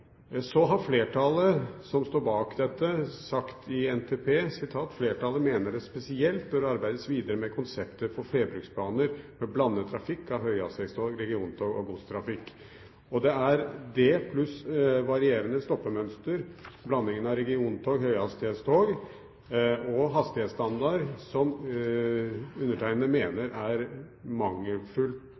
Så har flertallet, som står bak dette, sagt i innstillingen til NTP: «Flertallet mener det spesielt bør arbeides videre med konsepter for flerbruksbaner med blandet trafikk av høyhastighetstog, regionstog og godstrafikk.» Det er det, pluss varierende stoppmønster, blandingen av regionstog, høyhastighetstog og hastighetsstandard, som undertegnede mener er mangelfullt